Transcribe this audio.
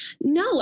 No